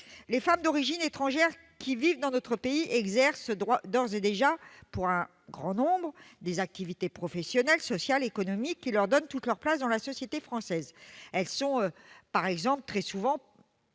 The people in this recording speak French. Les femmes d'origine étrangère qui vivent dans notre pays exercent d'ores et déjà, pour un grand nombre d'entre elles, des activités professionnelles, sociales, économiques, qui leur donnent toute leur place dans la société française. Elles sont, par exemple,